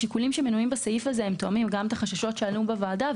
השיקולים שמנויים בסעיף הזה תואמים גם את החששות שעלו בוועדה,